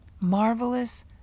marvelous